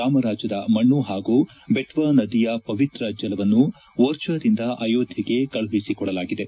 ರಾಮರಾಜ್ಯದ ಮಣ್ಣು ಹಾಗೂ ಬೆಟ್ವಾ ನದಿಯ ಪವಿತ್ರ ಜಲವನ್ನು ಓರ್ಚಾದಿಂದ ಅಯೋಧ್ಯೆಗೆ ಕಳುಹಿಸಿಕೊಡಲಾಗಿದೆ